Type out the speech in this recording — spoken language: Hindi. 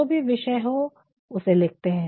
जो भी विषय हो उसे लिखते है